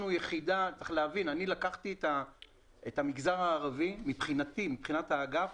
אני לקחתי את המגזר הערבי, מבחינתי, מבחינת האגף,